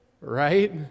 right